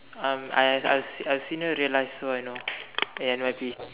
um I've I I've seen her real life so I know in N_Y_P